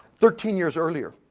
thirteen years earlier,